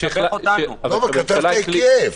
אבל כתבת היקף.